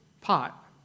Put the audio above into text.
pot